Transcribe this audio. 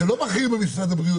שלא בכיר במשרד הבריאות,